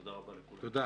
תודה רבה לכולם.